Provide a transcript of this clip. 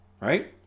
right